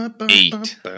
eight